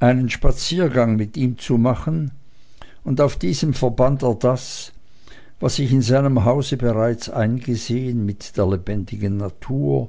einen spaziergang mit ihm zu machen und auf diesem verband er das was ich in seinem hause bereits eingesehen mit der lebendigen natur